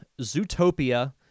Zootopia